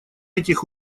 этих